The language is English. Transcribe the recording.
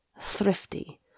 thrifty